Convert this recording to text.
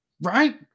right